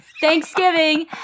Thanksgiving